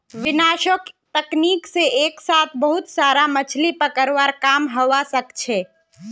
विनाशक तकनीक से एक साथ बहुत सारा मछलि पकड़वार काम हवा सके छे